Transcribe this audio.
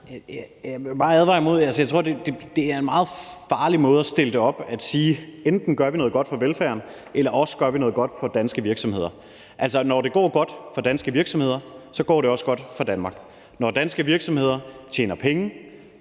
det sådan op. Jeg tror, det er en meget farlig måde at stille det op på, at man siger, at enten gør vi noget godt for velfærden, eller også gør vi noget godt for danske virksomheder. Altså, når det går godt for danske virksomheder, så går det også godt for Danmark. Når danske virksomheder tjener penge,